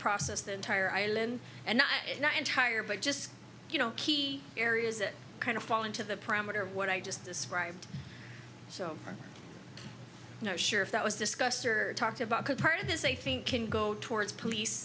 process the entire island and not it's not entire but just you know key areas that kind of fall into the parameter of what i just described so you know sure if that was discussed or talked about could part of this i think can go towards police